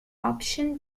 option